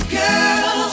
girl